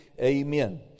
Amen